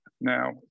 Now